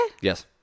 yes